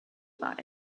about